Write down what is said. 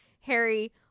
Harry